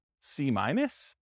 C-minus